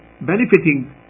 benefiting